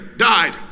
Died